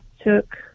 took